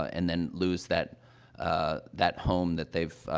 and then lose that, ah that home that they've, ah,